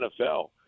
NFL